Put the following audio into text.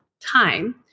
time